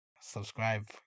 subscribe